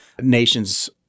nations